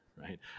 right